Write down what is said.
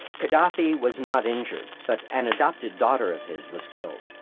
khadafi was not injured, but an adopted daughter of his was killed.